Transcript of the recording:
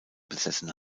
besessen